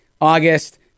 August